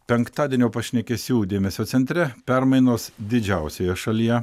penktadienio pašnekesių dėmesio centre permainos didžiausioje šalyje